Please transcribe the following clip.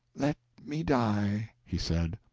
let me die, he said.